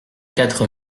quatre